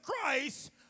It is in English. Christ